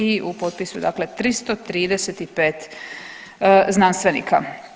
I u potpisu, dakle 335 znanstvenika.